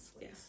Yes